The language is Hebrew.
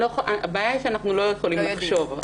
הבעיה היא שאנחנו לא יכולים לחשוב על הכול,